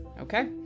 okay